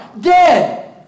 Dead